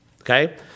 Okay